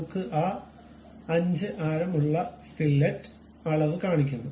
നമുക്ക് ആ 5 ആരം ഉള്ള ഫില്ലറ്റ് അളവ് കാണിക്കുന്നു